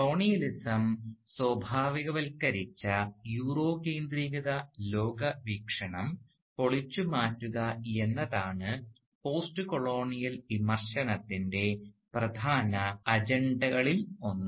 colonialism സ്വാഭാവികവൽക്കരിച്ച യൂറോകേന്ദ്രീകൃത ലോകവീക്ഷണം പൊളിച്ചുമാറ്റുകയെന്നതാണ് പോസ്റ്റ് കൊളോണിയൽ വിമർശനത്തിൻറെ പ്രധാന അജണ്ടകളിലൊന്ന്